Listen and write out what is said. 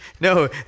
No